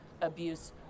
abuse